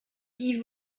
die